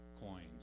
coins